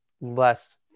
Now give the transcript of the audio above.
less